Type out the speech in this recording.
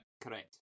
Correct